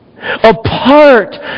apart